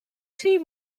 too